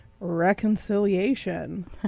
reconciliation